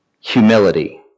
Humility